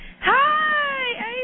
Hi